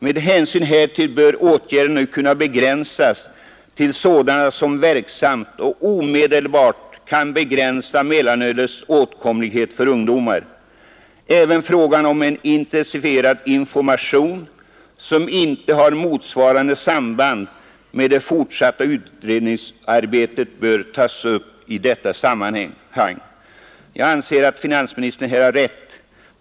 Med hänsyn härtill bör åtgärderna nu kunna begränsas till sådana som verksamt och omedelbart kan begränsa mellanölets åtkomlighet för ungdomar. Även frågan om en intensifierad information, som inte har motsvarande samband med det fortsatta utredningsarbetet, bör tas upp i detta sammanhang.” Jag anser att finansministern har rätt.